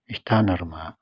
स्थानहरूमा